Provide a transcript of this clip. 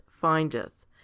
findeth